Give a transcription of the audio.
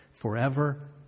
forever